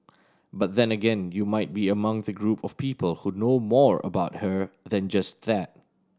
but then again you might be among the group of people who know more about her than just that